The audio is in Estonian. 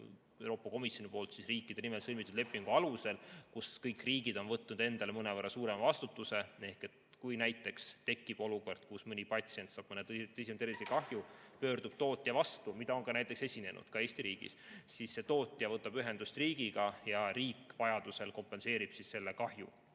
Euroopa Komisjoni poolt riikide nimel sõlmitud lepingu alusel, kus kõik riigid on võtnud endale mõnevõrra suurema vastutuse. Ehk kui näiteks tekib olukord, kus mõni patsient saab mõne tõsisema tervisekahju, pöördub tootja vastu – seda on ka näiteks esinenud, ka Eesti riigis –, siis see tootja võtab ühendust riigiga ja riik vajadusel kompenseerib selle kahju